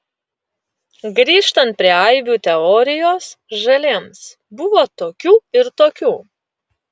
grįžtant prie aibių teorijos žaliems buvo tokių ir tokių